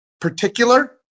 particular